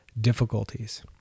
difficulties